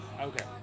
Okay